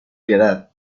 piedad